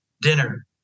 dinner